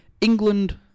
England